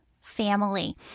family